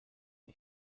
est